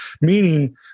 meaning